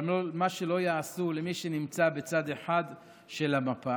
אבל מה שלא יעשו למי שנמצא בצד אחד של המפה